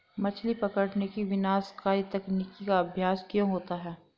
मछली पकड़ने की विनाशकारी तकनीक का अभ्यास क्यों होता है?